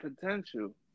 potential